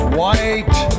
white